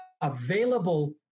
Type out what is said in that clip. available